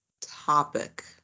topic